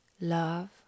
love